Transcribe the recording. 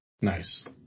Nice